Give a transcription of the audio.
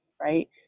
right